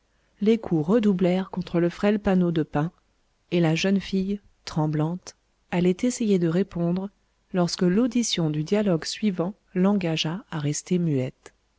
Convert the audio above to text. les coups redoublèrent contre le frêle panneau de pin et la jeune fille tremblante allait essayer de répondre lorsque l'audition du dialogue suivant l'engagea à rester muette